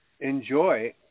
enjoy